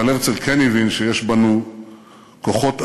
אבל הרצל כן הבין שיש בנו כוחות עצומים,